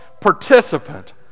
participant